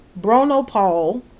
bronopol